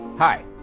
Hi